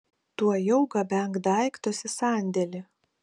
tuojau gabenk daiktus į sandėlį